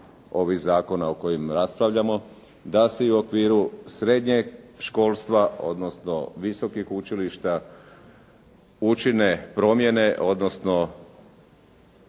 ovih zakona o kojim raspravljamo, da se i u okviru srednjeg školstva, odnosno visokih učilišta učine promjene odnosno